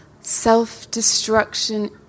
self-destruction